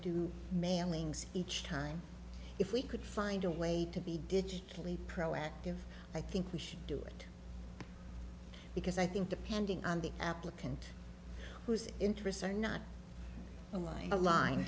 do mailings each time if we could find a way to be digitally proactive i think we should do it because i think depending on the applicant whose interests are not al